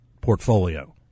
portfolio